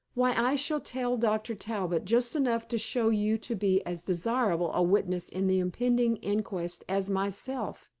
why, i shall tell dr. talbot just enough to show you to be as desirable a witness in the impending inquest as myself.